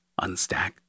unstack